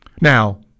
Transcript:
Now